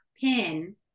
pin